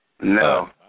No